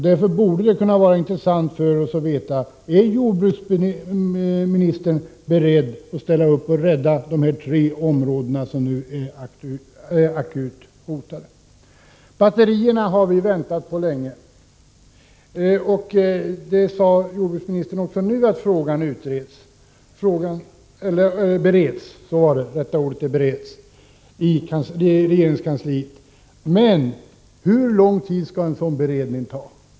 Därför borde vi kunna få svar på frågan: Är jordbruksministern beredd att medverka till att rädda de tre områden som nu är akut hotade? Ett förslag om batterierna har vi väntat på länge. Också i det fallet sade jordbruksministern att frågan bereds i regeringskansliet. Jag vill då fråga: Hur lång tid skall en sådan beredning ta?